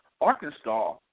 Arkansas